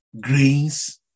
grains